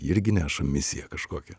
irgi neša misiją kažkokią